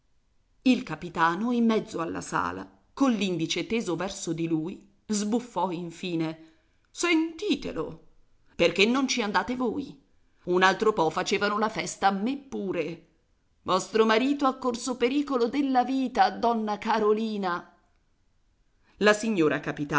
il capitano in mezzo alla sala coll'indice teso verso di lui sbuffò infine sentitelo perché non ci andate voi un altro po facevano la festa a me pure vostro marito ha corso pericolo della vita donna carolina la signora